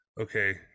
okay